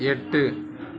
எட்டு